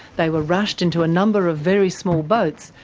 they were rushed into a number of very small boats,